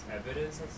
evidence